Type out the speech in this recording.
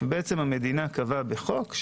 המדינה קבעה בחוק,